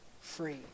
free